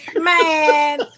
Man